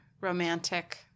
romantic